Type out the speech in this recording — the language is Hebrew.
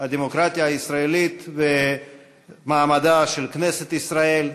הדמוקרטיה הישראלית ומעמדה של כנסת ישראל.